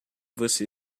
você